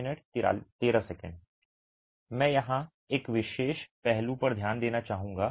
मैं यहां एक विशेष पहलू पर ध्यान देना चाहूंगा